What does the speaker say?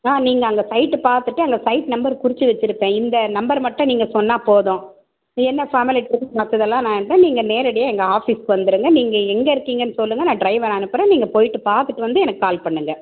ஆ நீங்கள் அங்கே சைட்டு பார்த்துட்டு அங்கே சைட் நம்பர் குறிச்சு வச்சுருப்பேன் இந்த நம்பர் மட்டும் நீங்கள் சொன்னால் போதும் இது என்ன ஃபார்மாலிட்டிஸ் மற்றதெல்லாம் நான் நீங்கள் நேரடியாக எங்கள் ஆஃபிஸ்க்கு வந்துடுங்க நீங்கள் எங்கே இருக்கீங்கன்னு சொல்லுங்கள் நான் ட்ரைவரை அனுப்புகிறேன் நீங்கள் போயிட்டு பார்த்துட்டு வந்து எனக்கு கால் பண்ணுங்கள்